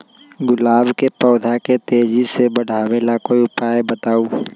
गुलाब के पौधा के तेजी से बढ़ावे ला कोई उपाये बताउ?